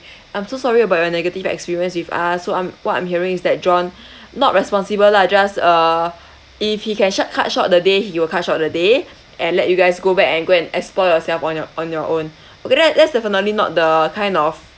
I'm so sorry about your negative experience with us so I'm what I'm hearing is that john not responsible lah just uh if he can short cut short the day you will cut short the day and let you guys go back and go and explore yourself on your on your own okay that's that's definitely not the kind of